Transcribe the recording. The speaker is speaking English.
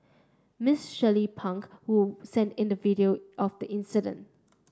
Miss Shirley Pang who sent in the video of the incident